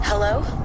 Hello